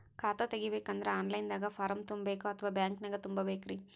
ಖಾತಾ ತೆಗಿಬೇಕಂದ್ರ online ದಾಗ ಫಾರಂ ತುಂಬೇಕೊ ಅಥವಾ ಬ್ಯಾಂಕನ್ಯಾಗ ತುಂಬ ಬೇಕ್ರಿ?